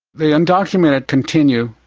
the undocumented continue,